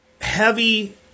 heavy